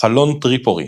חלון טריפורי